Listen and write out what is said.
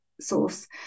source